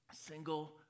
single